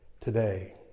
today